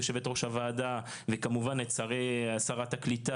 יושבת-ראש הוועדה וכמובן את שרת הקליטה